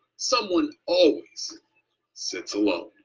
someone always sits alone.